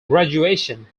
graduation